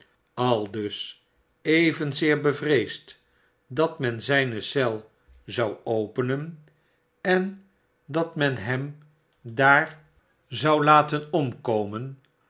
aldus evenzeer bevreesd dat men zijne eel zou openen en dat men hem daar zou io